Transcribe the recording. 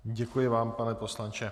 Děkuji vám, pane poslanče.